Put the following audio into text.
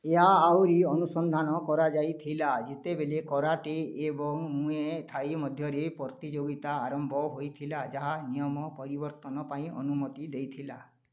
ଏହା ଆହୁରି ଅନୁସନ୍ଧାନ କରାଯାଇଥିଲା ଯେତେବେଳେ କରାଟେ ଏବଂ ମୁଏ ଥାଇ ମଧ୍ୟରେ ପ୍ରତିଯୋଗିତା ଆରମ୍ଭ ହୋଇଥିଲା ଯାହା ନିୟମ ପରିବର୍ତ୍ତନ ପାଇଁ ଅନୁମତି ଦେଇଥିଲା